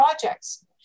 projects